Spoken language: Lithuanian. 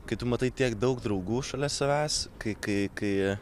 kai tu matai tiek daug draugų šalia savęs kai kai kai